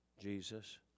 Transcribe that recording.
Jesus